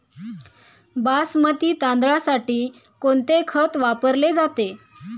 बासमती तांदळासाठी कोणते खत वापरले जाते?